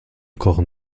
kochen